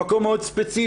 במקום מאוד ספציפי,